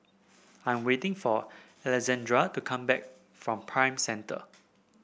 I am waiting for Alejandra to come back from Prime Centre